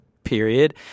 Period